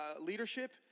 leadership